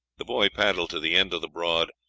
the boy paddled to the end of the broad,